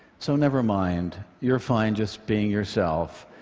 so never mind you're fine just being yourself.